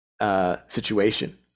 situation